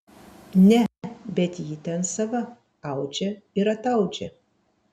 ne bet ji ten sava audžia ir ataudžia